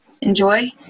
enjoy